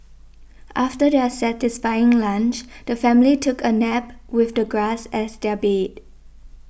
after their satisfying lunch the family took a nap with the grass as their bed